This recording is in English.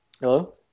Hello